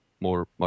more